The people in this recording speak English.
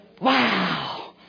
Wow